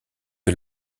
que